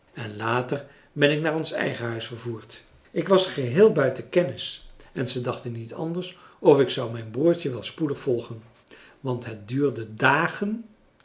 en later ben ik naar ons eigen huis vervoerd ik was geheel buiten kennis en ze dachten niet anders of ik zou mijn broertje wel spoedig volgen want het duurde dagen